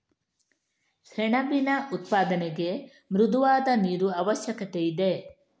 ಸೆಣಬಿನ ಉತ್ಪಾದನೆಗೆ ಮೃದುವಾದ ನೀರು ಅವಶ್ಯಕತೆಯಿದೆ